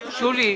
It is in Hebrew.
בבקשה.